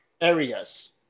areas